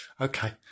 Okay